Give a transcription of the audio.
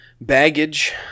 baggage